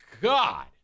God